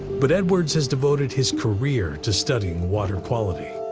but edwards has devoted his career to studying water quality,